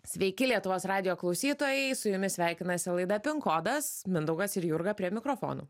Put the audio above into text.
sveiki lietuvos radijo klausytojai su jumis sveikinasi laida pin kodas mindaugas ir jurga prie mikrofonų